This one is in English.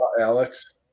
Alex